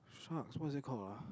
sharks what's it called ah